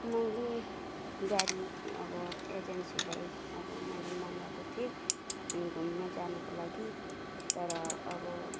मैले गाडी अब एजेन्सीलाई अब मैले मगाएको थिएँ अनि घुम्न जानुको लागि तर अब